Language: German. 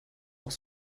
auch